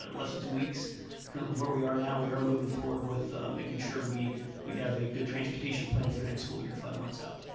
less than two weeks currently where we are now. we are moving forward with making sure we we have a good transportation plan for next school year, five months out.